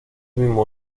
mismo